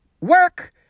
work